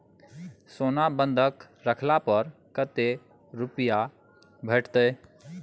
सोना बंधक रखला पर कत्ते रुपिया भेटतै?